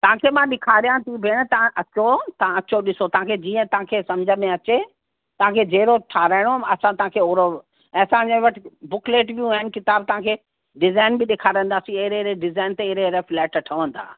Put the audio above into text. तव्हांखे मां ॾेखारिया थी भेण तव्हां अचो तव्हां अचो ॾिसो तव्हांखे जीअं तव्हांखे सम्झि में अचे तव्हांखे जहिड़ो ठहाराइणो आहे असां तव्हांखे ओहिड़े ऐं असांजे वटि बुकलेट बि आहिनि किताब तव्हांखे डिज़ान बि ॾेखारींदासीं अहिड़े अहिड़े डिज़ाइन ते अहिड़ा अहिड़ा फ्लैट ठहिंदा